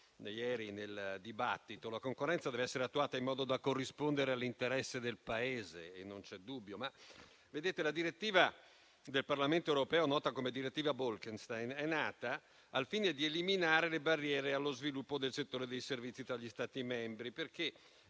ieri nel dibattito: la concorrenza dev'essere attuata in modo da corrispondere all'interesse del Paese, su questo non c'è dubbio. La direttiva del Parlamento europeo nota come direttiva Bolkestein è nata al fine di eliminare le barriere allo sviluppo del settore dei servizi tra gli Stati membri,